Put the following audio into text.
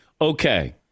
Okay